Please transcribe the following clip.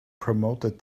promoted